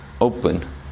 open